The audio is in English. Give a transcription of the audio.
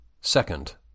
Second